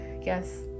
yes